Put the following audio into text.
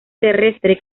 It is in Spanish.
terrestre